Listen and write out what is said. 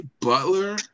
Butler